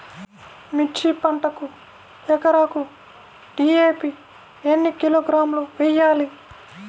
మిర్చి పంటకు ఎకరాకు డీ.ఏ.పీ ఎన్ని కిలోగ్రాములు వేయాలి?